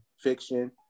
fiction